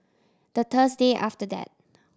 the Thursday after that